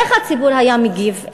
איך הציבור היה מגיב?